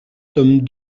tome